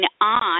on